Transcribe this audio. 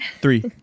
three